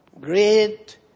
great